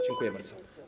Dziękuję bardzo.